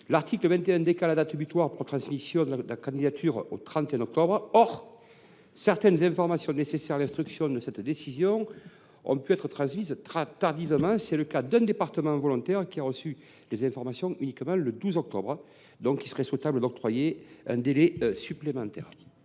L’article 21 décale la date butoir pour transmettre une candidature au 31 octobre. Or certaines informations nécessaires à l’instruction de cette décision ont parfois été communiquées tardivement. C’est le cas pour l’un des départements volontaires, qui n’a reçu ces informations que le 12 octobre. Il est donc souhaitable d’octroyer un délai supplémentaire.